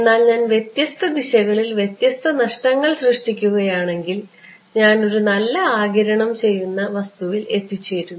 എന്നാൽ ഞാൻ വ്യത്യസ്ത ദിശകളിൽ വ്യത്യസ്ത നഷ്ടങ്ങൾ സൃഷ്ടിക്കുകയാണെങ്കിൽ ഞാൻ ഒരു നല്ല ആഗിരണം ചെയ്യുന്ന വസ്തുവിൽ എത്തിച്ചേരുന്നു